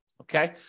Okay